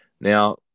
Now